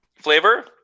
flavor